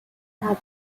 had